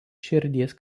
širdies